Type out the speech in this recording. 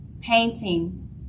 painting